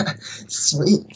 Sweet